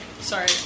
Sorry